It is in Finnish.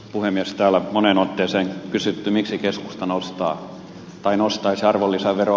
täällä on moneen otteeseen kysytty miksi keskusta nostaisi arvonlisäveroa